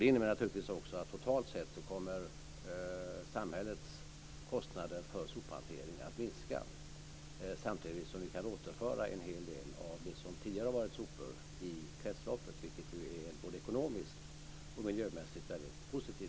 Det innebär naturligtvis att samhällets kostnader för sophantering totalt sett kommer att minska samtidigt som vi kan återföra en hel del av det som tidigare har varit sopor i kretsloppet, vilket ju är både ekonomiskt och miljömässigt väldigt positivt.